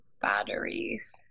batteries